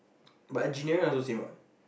but engineering also same what